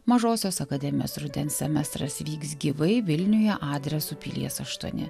mažosios akademijos rudens semestras vyks gyvai vilniuje adresu pilies aštuoni